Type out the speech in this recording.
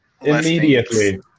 immediately